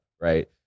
Right